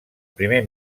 primer